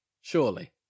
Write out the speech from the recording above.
Surely